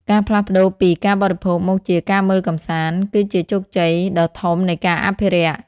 ការផ្លាស់ប្តូរពី "ការបរិភោគ" មកជា "ការមើលកម្សាន្ត" គឺជាជោគជ័យដ៏ធំនៃការអភិរក្ស។